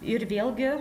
ir vėlgi